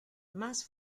más